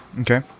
okay